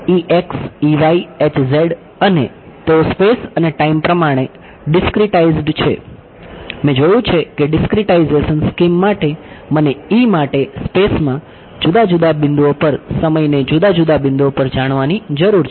મારા વેરિએબલ છે અને તેઓ સ્પેસ અને ટાઈમ પ્રમાણે ડિસ્ક્રિટાઇઝ માં જુદા જુદા બિંદુઓ પર સમયને જુદા જુદા બિંદુઓ પર જાણવાની જરૂર છે